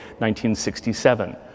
1967